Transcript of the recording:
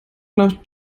nach